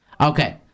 Okay